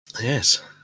yes